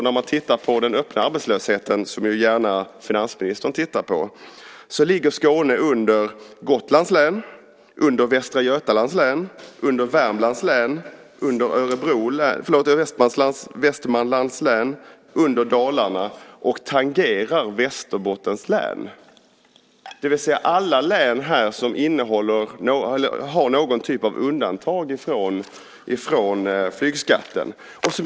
När man tittar på den öppna arbetslösheten, som finansministern gärna tittar på, ser man att Skåne ligger under Gotlands län, under Västra Götalands län, under Västmanlands län, under Dalarna och tangerar Västerbottens län, det vill säga alla län som har någon typ av undantag från flygskatten.